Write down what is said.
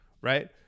Right